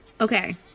Okay